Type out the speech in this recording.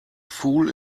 fool